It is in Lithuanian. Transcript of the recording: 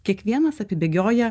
kiekvienas apibėgioja